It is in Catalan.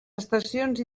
estacions